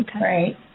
Right